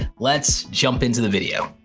let's jump into the video.